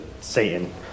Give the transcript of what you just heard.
Satan